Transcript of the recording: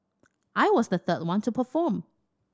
I was the third one to perform